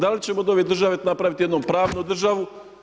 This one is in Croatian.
Da li ćemo od ove države napraviti jednom pravnu državu?